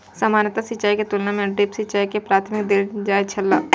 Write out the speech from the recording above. सामान्य सिंचाई के तुलना में ड्रिप सिंचाई के प्राथमिकता देल जाय छला